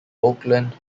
oakland